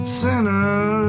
sinner